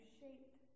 shaped